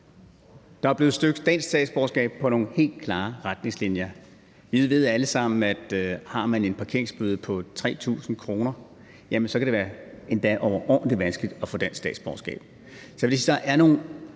Der er blevet søgt dansk statsborgerskab efter nogle helt klare retningslinjer. Vi ved alle sammen, at har man en parkeringsbøde på 3.000 kr., kan det være endda overordentlig vanskeligt at få dansk statsborgerskab. Så det vil